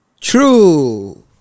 true